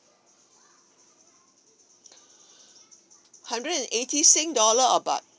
hundred and eighty sing dollar or baht